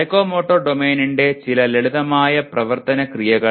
psychomotor ഡൊമെയ്നിന്റെ ചില ലളിതമായ പ്രവർത്തന ക്രിയകൾ